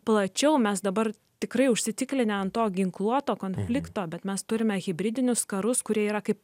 plačiau mes dabar tikrai užsiciklinę ant to ginkluoto konflikto bet mes turime hibridinius karus kurie yra kaip